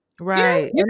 Right